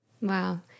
Wow